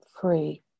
free